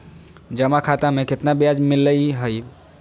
जमा खाता में केतना ब्याज मिलई हई?